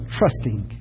trusting